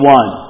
one